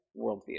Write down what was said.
worldview